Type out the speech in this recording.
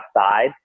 outside